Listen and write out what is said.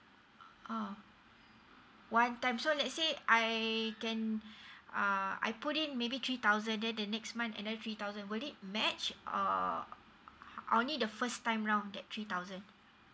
oh one time so let's say I can uh I put it maybe three thousand then the next month another three thousand would it match or only the first time round get three thousand